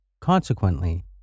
Consequently